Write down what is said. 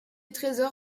trésor